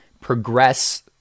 progress